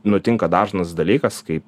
nutinka dažnas dalykas kai